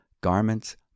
garments